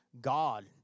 God